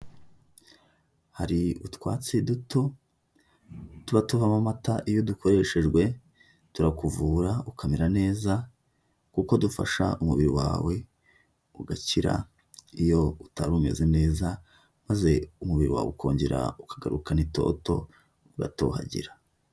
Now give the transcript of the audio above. Hari utwatsi duto tuba tuvamo amata iyo dukoreshejwe turakuvura ukamera neza kuko dufasha umubiri wawe ugakira iyo utari umeze neza, maze umubiri wawe ukongera ukagarukana itoto ugatohagira.